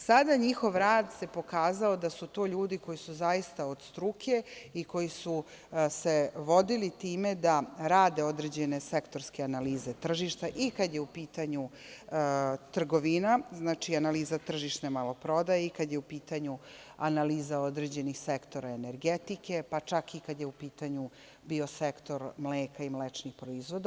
Sada njihov rad se pokazao da su to ljudi koji su zaista od struke i koji su se vodili time da rade određene sektorske analize tržišta i kad je u pitanju trgovina, znači analiza tržišne maloprodaje i kada je u pitanju analiza određenih sektora energetike, pa čak i kad je u pitanju biosektor mleka i mlečnih proizvoda.